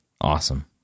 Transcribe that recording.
Awesome